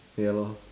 ya lor